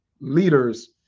leaders